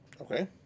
Okay